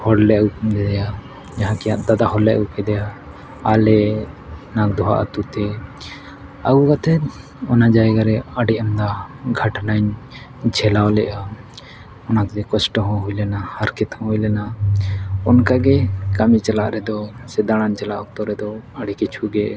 ᱦᱚᱲᱞᱮ ᱟᱹᱜᱩ ᱠᱮᱭᱟ ᱡᱟᱦᱟᱸ ᱠᱤ ᱫᱟᱫᱟ ᱦᱚᱲᱞᱮ ᱟᱹᱜᱩ ᱠᱮᱫᱮᱭᱟ ᱟᱞᱮ ᱱᱟᱜᱽᱫᱚᱦᱟ ᱟᱹᱛᱩ ᱛᱮ ᱟᱹᱜᱩ ᱠᱟᱛᱮᱫ ᱚᱱᱟ ᱡᱟᱭᱜᱟ ᱨᱮ ᱟᱹᱰᱤ ᱟᱢᱫᱟ ᱜᱷᱚᱴᱱᱟᱧ ᱡᱷᱟᱞᱟᱣ ᱞᱮᱫᱟ ᱚᱱᱟᱛᱮ ᱠᱚᱥᱴᱚ ᱦᱚᱸ ᱦᱩᱭ ᱞᱮᱱᱟ ᱦᱟᱨᱠᱮᱛ ᱦᱚᱸ ᱦᱩᱭ ᱞᱮᱱᱟ ᱚᱱᱠᱟ ᱜᱮ ᱠᱟᱹᱢᱤ ᱪᱟᱞᱟᱜ ᱨᱮᱫᱚ ᱥᱮ ᱫᱟᱬᱟᱱ ᱪᱟᱞᱟᱜ ᱚᱠᱛᱚ ᱨᱮᱫᱚ ᱟᱹᱰᱤ ᱠᱤᱪᱷᱩ ᱜᱮ